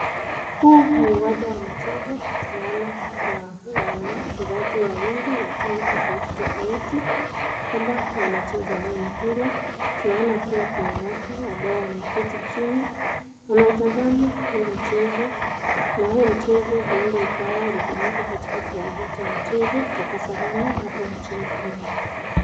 Huu ni uwanja wa michezo na tunaona kuna wachezaji wawili wa timu tofauti tofauti, ambao wanacheza huu mpira. Tunaona pia kuna watu ambao wameketi chini. Wanautazama huu mchezo. Na huu mchezo huenda ukawa ulifanyika katika kiwanja cha michezo cha Kasarani hapa nchini Kenya.